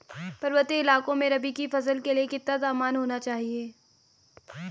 पर्वतीय इलाकों में रबी की फसल के लिए कितना तापमान होना चाहिए?